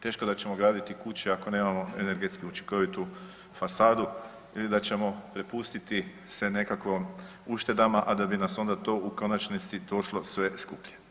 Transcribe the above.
Teško da ćemo graditi kuće ako nemamo energetski učinkovitu fasadu ili da ćemo prepustiti se nekakvim uštedama, a da bi nas onda to u konačnici došlo sve skuplje.